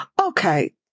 Okay